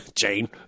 Jane